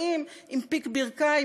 באים עם פיק ברכיים,